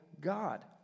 God